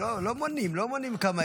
--- לא, לא מונים, לא מונים כמה יש לכל אחד.